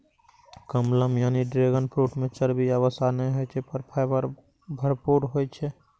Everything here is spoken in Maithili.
कमलम यानी ड्रैगन फ्रूट मे चर्बी या वसा नै होइ छै, पर फाइबर भरपूर होइ छै